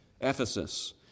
Ephesus